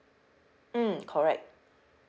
mm correct